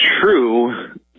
true